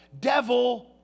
Devil